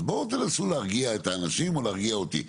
אז בואו תנסו להרגיע את האנשים או להרגיע אותי.